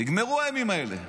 נגמרו הימים האלה.